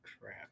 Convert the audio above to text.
Crap